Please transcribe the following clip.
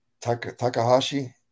takahashi